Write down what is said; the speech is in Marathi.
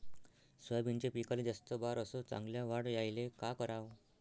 सोयाबीनच्या पिकाले जास्त बार अस चांगल्या वाढ यायले का कराव?